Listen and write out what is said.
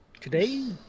today